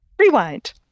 Rewind